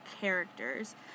characters